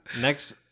Next